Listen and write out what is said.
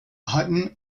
hutton